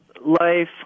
life